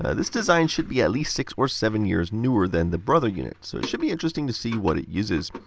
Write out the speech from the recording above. this design should be at least six or seven years newer than the brother unit, so it should be interesting to see what it uses.